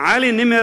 עלי נימר